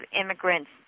immigrants